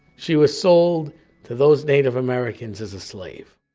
she was sold to those native americans as a slave.